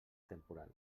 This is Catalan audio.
temporal